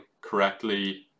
correctly